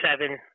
seven